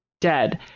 dead